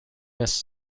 miss